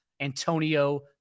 Antonio